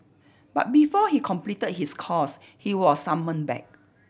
but before he completed his course he was summoned back